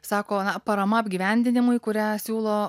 sako na parama apgyvendinimui kurią siūlo